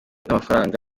n’amafaranga